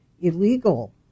illegal